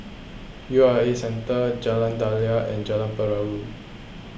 U R A Centre Jalan Daliah and Jalan Perahu